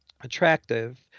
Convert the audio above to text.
attractive